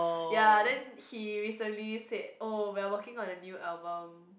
ya then he recently said oh we are working on a new album